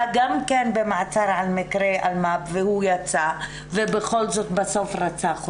גם כן במעצר על מקרה אלמ"ב ויצא והוא בכל זאת בסוף רצח אותה.